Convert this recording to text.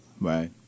Right